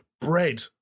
Bread